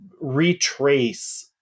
retrace